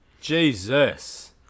Jesus